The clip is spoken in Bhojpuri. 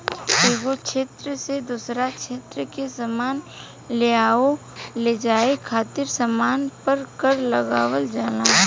एगो क्षेत्र से दोसरा क्षेत्र में सामान लेआवे लेजाये खातिर सामान पर कर लगावल जाला